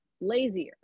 lazier